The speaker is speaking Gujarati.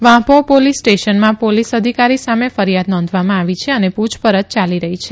વાંપોહ પોલીસ સ્ટેશનમાં પોલીસ અધિકારી સામે ફરીયાદ નોંધવામાં આવી છે અને પુછપરછ ચાલી રહી છે